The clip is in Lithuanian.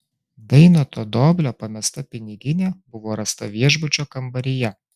dainoto doblio pamesta piniginė buvo rasta viešbučio kambaryje